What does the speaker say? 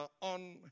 on